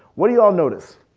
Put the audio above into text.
what do y'all notice?